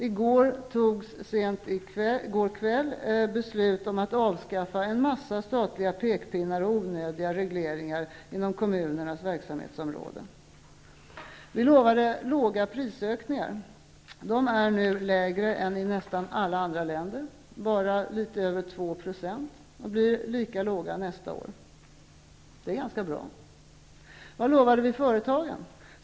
I går fattades beslut om att avskaffa en massa statliga pekpinnar och onödiga regleringar för kommunernas verksamhetsområde. Vi lovade låga prisökningar. De är nu lägre än i nästan alla andra länder, bara 2 %, och blir lika låga nästa år. Det är ganska bra. Vad lovade vi företagen?